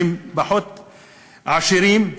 שהם פחות עשירים,